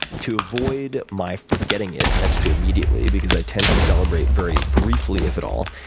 to avoid my forgetting it next to immediately, because i tend to celebrate very briefly if at all,